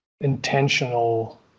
intentional